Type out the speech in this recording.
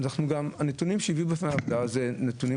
יש נתונים